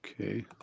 Okay